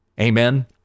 Amen